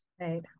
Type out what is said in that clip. Right